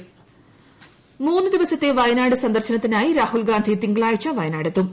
രാഹുൽ വയനാട് മൂന്ന് ദിവസത്തെ വയനാട് സന്ദർശനത്തിനായി രാഹൂൽഗാന്ധി തിങ്കളാഴ്ച വയനാടെത്തും